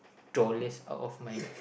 dollars out of my